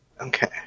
okay